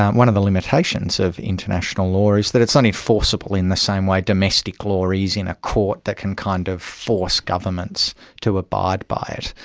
one of the limitations of international law is that it's only forcible in the same way domestic law is in a court that can kind of force governments to abide by it.